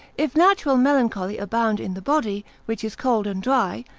if natural melancholy abound in the body, which is cold and dry,